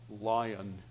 lion